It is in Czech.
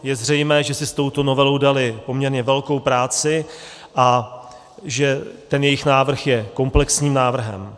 Je zřejmé, že si s touto novelou dali poměrně velkou práci a že jejich návrh je komplexním návrhem.